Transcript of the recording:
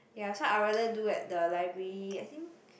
ya so I rather do at the library I think